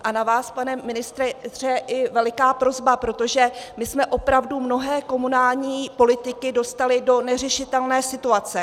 A na vás, pane ministře, je veliká prosba, protože my jsme opravdu mnohé komunální politiky dostali do neřešitelné situace.